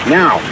now